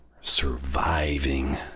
surviving